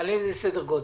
על איזה סדר גודל.